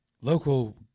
local